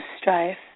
strife